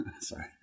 Sorry